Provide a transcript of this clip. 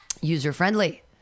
user-friendly